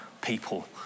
people